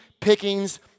pickings